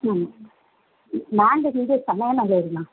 ம் நாங்கள் இங்கே சன்னாநல்லூர்ம்மா